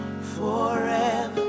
forever